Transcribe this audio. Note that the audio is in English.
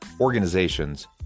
organizations